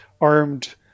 armed